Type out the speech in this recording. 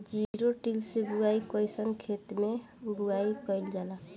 Zero till से बुआई कयिसन खेते मै बुआई कयिल जाला?